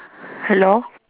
hello